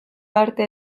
arte